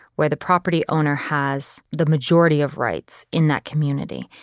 where the property owner has the majority of rights in that community.